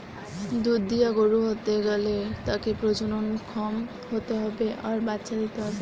দুধ দিয়া গরু হতে গ্যালে তাকে প্রজনন ক্ষম হতে হবে আর বাচ্চা দিতে হবে